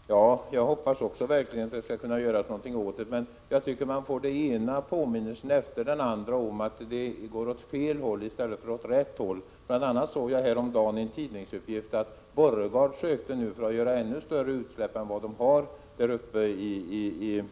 Fru talman! Också jag hoppas verkligen att det skall kunna göras någonting åt detta. Jag tycker man får den ena påminnelsen efter den andra om att det går åt fel håll i stället för åt rätt. Bl.a. såg jag häromdagen i en tidning att Borregaard nu ansökt om att få göra ännu större utsläpp uppe i